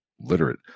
literate